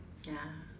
ya